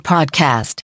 Podcast